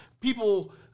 people